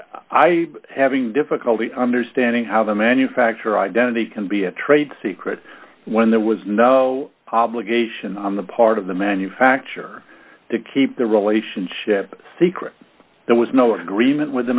i having difficulty understanding how the manufacturer identity can be a trade secret when there was no obligation on the part of the manufacturer to keep the relationship secret there was no agreement with the